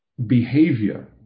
behavior